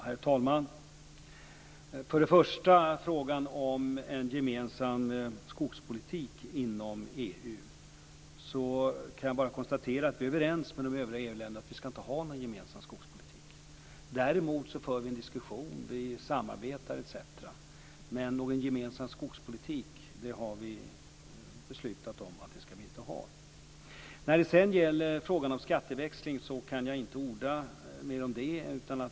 Herr talman! När det först gäller frågan om en gemensam skogspolitik inom EU kan jag bara konstatera att vi är överens med övriga EU-länder om att vi inte skall ha någon gemensam skogspolitik. Vi för en diskussion, vi samarbetar etc., men gemensam skogspolitik har vi beslutat att vi inte skall ha. När det sedan gäller frågan om skatteväxling kan jag inte orda mer om detta.